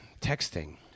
Texting